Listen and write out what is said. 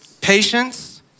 patience